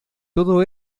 todo